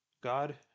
God